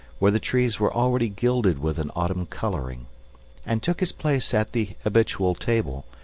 where the trees were already gilded with an autumn colouring and took his place at the habitual table,